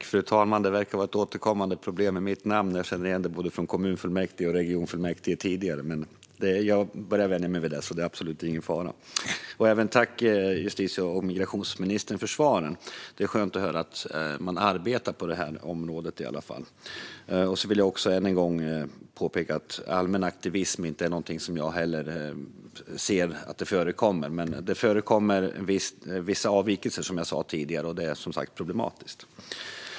Fru talman! Tack, justitie och migrationsministern för svaren! Det är skönt att höra att man arbetar på det här området i alla fall. Jag vill också än en gång påpeka att jag inte heller ser att det förekommer någon allmän aktivism. Men det förekommer vissa avvikelser, som jag sa tidigare, och det är problematiskt.